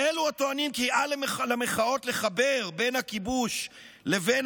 לאלה הטוענים כי אל למחאות לחבר בין הכיבוש לבין